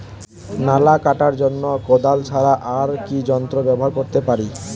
নালা কাটার জন্য কোদাল ছাড়া আর কি যন্ত্র ব্যবহার করতে পারি?